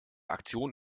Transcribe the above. aktion